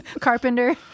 Carpenter